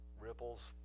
ripples